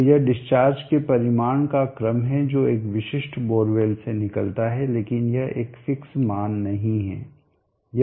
तो यह डिस्चार्ज के परिमाण का क्रम है जो एक विशिष्ट बोरवेल से निकलता है लेकिन यह एक फिक्स मान नहीं है